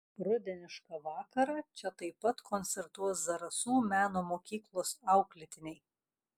rudenišką vakarą čia taip pat koncertuos zarasų meno mokyklos auklėtiniai